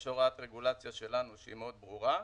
יש הוראת רגולציה שלנו שהיא מאוד ברורה.